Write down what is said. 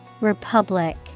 Republic